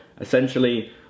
essentially